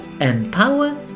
empower